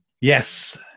Yes